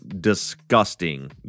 disgusting